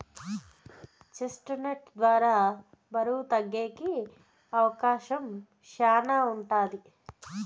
chest నట్ ద్వారా బరువు తగ్గేకి అవకాశం శ్యానా ఉంటది